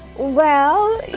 well,